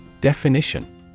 Definition